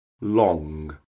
Long